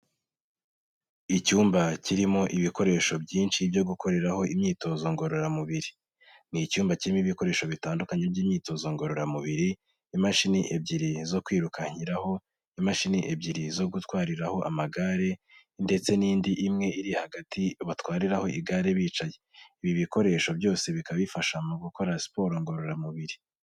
Icyumba kirimo ibikoresho byinshi byo gukoreraho imyitozo ngororamubiri. Ni icyumba kirimo ibikoresho bitandukanye by'imyitozo ngororamubiri, imashini ebyiri zo kwirukankiraho, imashini ebyiri zo gutwariraho amagare ndetse n'indi imwe iri hagati batwariraho igare bicaye. Ibi bikoresho byose bikaba bifasha mu gukora siporo ngororamubiri.